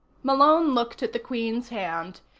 malone looked at the queen's hand.